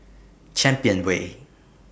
Champion Way